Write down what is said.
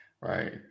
Right